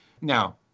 Now